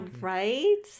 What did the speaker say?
Right